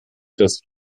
das